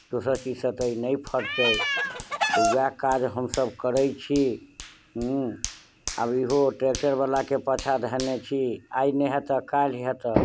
दोसर चीजसँ तऽ नहि फटतै तऽ उएह काज हमसभ करैत छी आब इहो ट्रेक्टरवलाके पाँछा धयने छी आइ नहि हेतह काल्हि हेतह